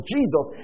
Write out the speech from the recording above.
Jesus